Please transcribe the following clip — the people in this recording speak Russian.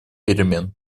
перемен